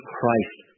Christ